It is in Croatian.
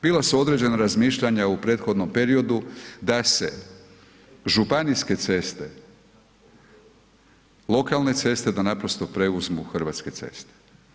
Bila su određena razmišljanja u prethodnom periodu da se županijske ceste, lokalne ceste da naprosto preuzmu Hrvatske ceste.